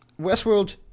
Westworld